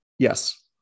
Yes